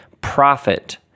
Profit